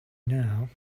now